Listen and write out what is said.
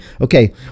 Okay